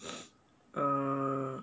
uh